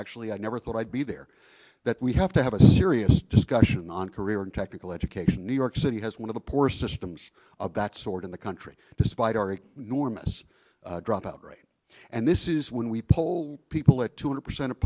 actually i never thought i'd be there that we have to have a serious discussion on career and technical education new york city has one of the poorest systems of that sort in the country despite our norma's dropout rate and this is when we poll people at two hundred percent of